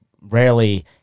rarely